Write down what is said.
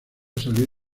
salir